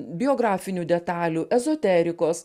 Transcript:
biografinių detalių ezoterikos